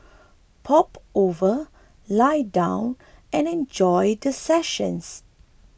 pop over lie down and enjoy the session